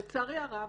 לצערי הרב